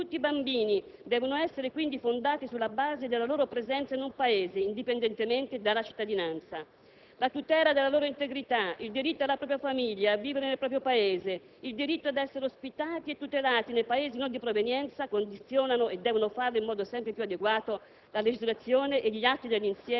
Tutti i diritti di tutti i bambini devono essere quindi fondati sulla base della loro presenza in un Paese, indipendentemente dalla cittadinanza. La tutela della loro integrità, il diritto alla propria famiglia e a vivere nel proprio Paese, il diritto ad essere ospitati e tutelati nei Paesi non di provenienza, condizionano, e devono farlo in modo sempre più adeguato, la legislazione